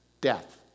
Death